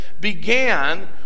began